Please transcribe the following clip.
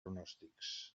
pronòstics